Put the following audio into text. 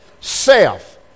Self